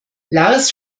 lars